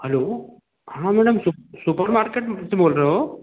hello हाँ madam सुप supermarket से बोल रहे हो